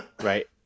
Right